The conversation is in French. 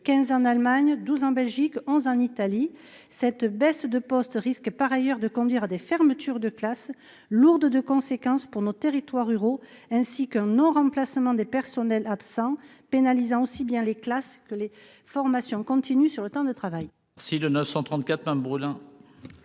15 en Allemagne 12 en Belgique, en Italie, cette baisse de poste risque par ailleurs de conduire à des fermetures de classes, lourde de conséquences pour nos territoires ruraux, ainsi qu'un non-remplacement des personnels absents pénalisant, aussi bien les classes que les formations continues sur le temps de travail.